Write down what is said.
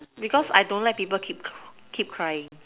because I don't like people keep keep crying